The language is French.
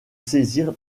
saisir